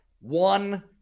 One